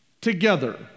together